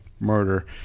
murder